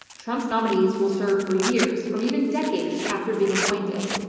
trump's nominees will serve for years, or even decades, after being appointed.